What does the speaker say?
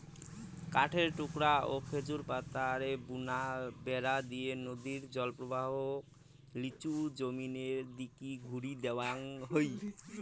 কাঠের টুকরা ও খেজুর পাতারে বুনা বেড়া দিয়া নদীর জলপ্রবাহক লিচু জমিনের দিকি ঘুরি দেওয়াং হই